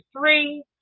three